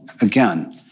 again